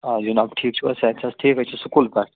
آ جِناب ٹھیٖک چھُوا صحت چھِ حظ ٹھیٖک أسی چھِ سکوٗل پٮ۪ٹھٕ